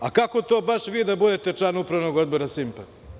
A kako to da baš vi budete član Upravnog odbora „Simpa“